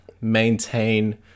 maintain